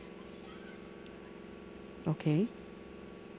okay